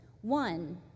One